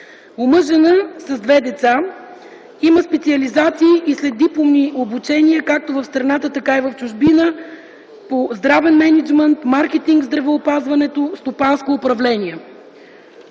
Омъжена, с две деца. Има специализации и следдипломни обучения, както в страната, така и в чужбина по здравен мениджмънт, маркетинг в здравеопазването и стопанско управление.